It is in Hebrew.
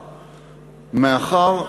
מאחר,